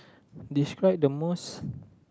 describe the most